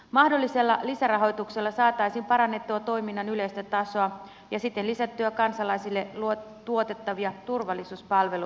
mahdollisella lisärahoituksella saataisiin parannettua toiminnan yleistä tasoa ja siten lisättyä kansalaisille tuotettavia turvallisuuspalveluita